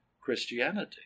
Christianity